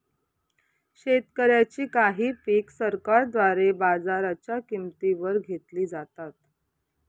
शेतकऱ्यांची काही पिक सरकारद्वारे बाजाराच्या किंमती वर घेतली जातात